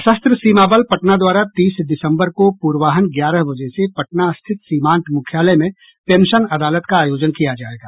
सशस्त्र सीमा बल पटना द्वारा तीस दिसंबर को पूर्वाह्न ग्यारह बजे से पटना स्थित सीमांत मुख्यालय में पेंशन अदालत का आयोजन किया जायेगा